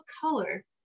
color